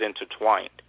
intertwined